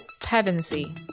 Pevensey